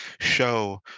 show